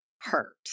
hurt